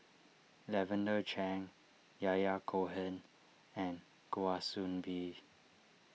Lavender Chang Yahya Cohen and Kwa Soon Bee